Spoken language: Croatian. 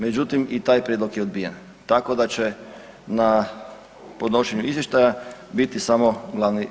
Međutim i taj prijedlog je odbijen tako da će na podnošenju izvještaja biti samo glavni urednik.